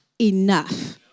enough